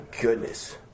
goodness